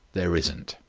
there isn't.